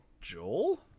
Joel